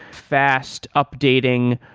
fast updating,